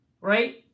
right